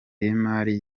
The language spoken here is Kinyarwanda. y’imari